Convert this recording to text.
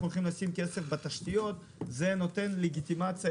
הולכים לשים כסף בתשתיות לפיתוח הנגב זה נותן לגיטימציה